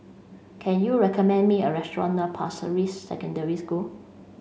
can you recommend me a restaurant near Pasir Ris Secondary School